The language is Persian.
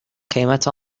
قیمت